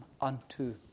unto